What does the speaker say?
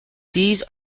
these